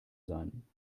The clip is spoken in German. sein